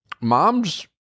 moms